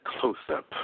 close-up